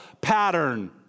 pattern